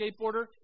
skateboarder